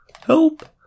Help